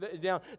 down